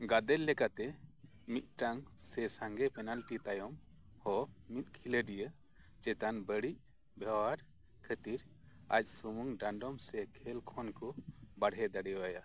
ᱜᱟᱫᱮᱞ ᱞᱮᱠᱟᱛᱮ ᱢᱤᱜᱴᱟᱝ ᱥᱮ ᱥᱟᱸᱜᱮ ᱯᱮᱱᱟᱞᱴᱤ ᱛᱟᱭᱚᱢ ᱦᱚᱸ ᱢᱤᱫ ᱠᱷᱮᱞᱳᱰᱤᱭᱟᱹ ᱪᱮᱛᱟᱱ ᱵᱟᱹᱲᱤᱡ ᱵᱮᱣᱦᱟᱨ ᱠᱷᱟᱹᱛᱤᱨ ᱟᱡ ᱥᱩᱢᱩᱝ ᱰᱟᱸᱰᱚᱢ ᱥᱮ ᱠᱷᱮᱞ ᱠᱷᱚᱱ ᱠᱚ ᱵᱟᱨᱦᱮ ᱫᱟᱲᱮᱭᱟᱭᱟ